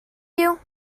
you